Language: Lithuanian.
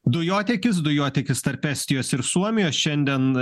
dujotiekis dujotiekis tarp estijos ir suomijos šiandien